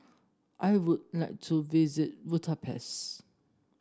I would like to visit Bucharest